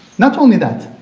not only that,